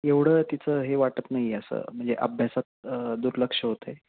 एवढं तिचं हे वाटत नाही आहे असं म्हणजे अभ्यासात दुर्लक्ष होतं आहे